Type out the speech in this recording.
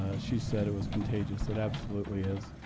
ah she said it was contagious, it absolutely is.